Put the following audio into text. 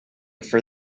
for